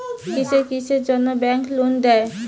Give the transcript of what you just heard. কিসের কিসের জন্যে ব্যাংক লোন দেয়?